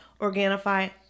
Organifi